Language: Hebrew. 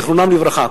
זיכרונם לברכה,